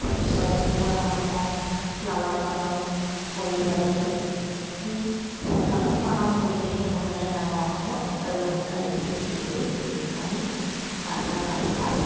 সঁচৰ কুকুৰাসমূহক লালন পালন কৰিব লাগে সেই লালন পালন কৰিলেহে সোনকালে ডাঙৰ হ'ব আৰু সোনকালে বিক্ৰী কৰি আমি তাৰ পৰা লাভালাভ